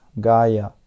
Gaia